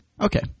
Okay